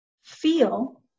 feel